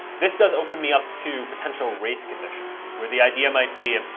this does open me up to potential race conditions, where the idea might be,